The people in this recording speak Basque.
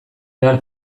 behar